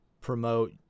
promote